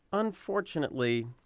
unfortunately,